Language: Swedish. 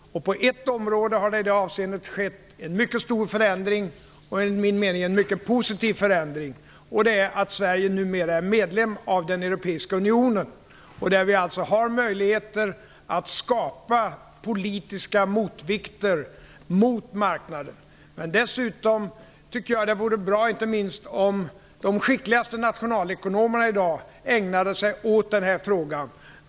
På ett område har det i det avseendet skett en mycket stor och enligt min mening mycket positiv förändring, och det är att Sverige numera är medlem av den Europeiska unionen, där vi alltså har möjligheter att skapa politiska motvikter mot marknaden. Dessutom tycker jag att det vore bra, inte minst, om de skickligaste nationalekonomerna i dag ägnade sig åt den här frågan.